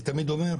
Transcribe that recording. אני תמיד אומר,